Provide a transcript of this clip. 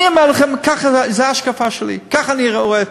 אני אומר לכם, זו ההשקפה שלי, ככה אני רואה,